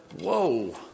whoa